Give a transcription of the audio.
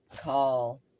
call